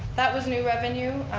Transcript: that was new revenue